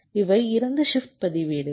இவை 2 ஷிப்ட் பதிவேடுகள்